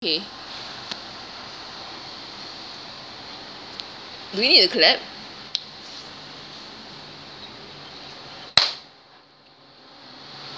okay do we need to clap